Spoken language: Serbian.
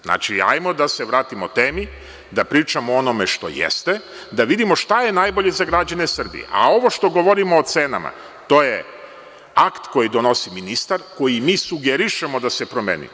Znači, hajdemo da se vratimo temi, da pričamo o onome što jeste, da vidimo šta je najbolje za građane Srbije, a ovo što govorimo o cenama, to je akt koji donosi ministar, koji mi sugerišemo da se promeni.